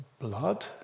blood